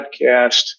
podcast